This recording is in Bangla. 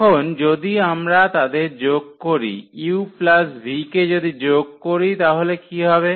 এখন যদি আমরা তাদের যোগ করি uv কে যদি যোগ করি তাহলে কি হবে